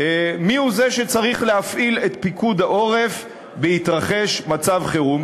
מיהו זה שצריך להפעיל את פיקוד העורף בהתרחש מצב חירום,